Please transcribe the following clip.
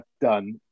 Done